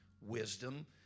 wisdom